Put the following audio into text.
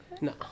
No